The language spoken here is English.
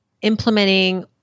implementing